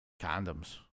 condoms